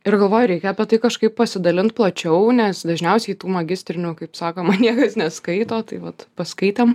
ir galvoju reikia apie tai kažkaip pasidalint plačiau nes dažniausiai tų magistrinių kaip sakoma niekas neskaito tai vat paskaitėm